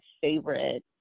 favorite